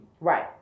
Right